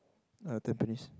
not yet finished